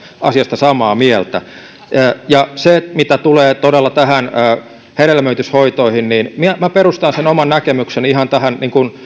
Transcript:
asiasta samaa mieltä ja mitä tulee todella hedelmöityshoitoihin niin minä perustan sen oman näkemykseni ihan tähän